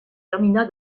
termina